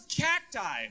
cacti